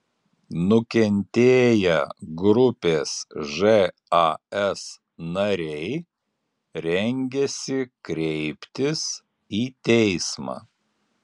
nukentėję grupės žas nariai rengiasi kreiptis į teismą